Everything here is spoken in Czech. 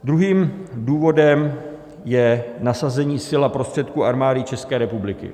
Druhým důvodem je nasazení sil a prostředků Armády České republiky.